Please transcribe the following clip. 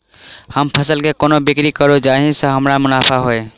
हम फसल केँ कोना बिक्री करू जाहि सँ हमरा मुनाफा होइ?